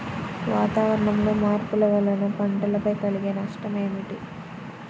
వాతావరణంలో మార్పుల వలన పంటలపై కలిగే నష్టం ఏమిటీ?